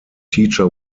teacher